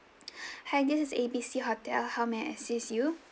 hi this is A B C hotel how may I assist you